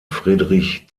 friedrich